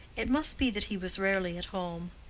it must be that he was rarely at home.